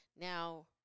Now